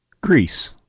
Greece